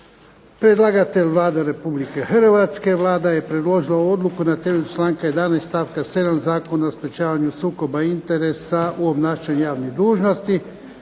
Predlagatelj Vlada Republike Hrvatske. Vlada je predložila ovu odluku na temelju članka 11. stavka 7. Zakona o sprečavanju sukoba interesa u obnašanju javnih dužnosti.